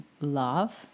love